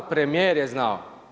Premijer je znao.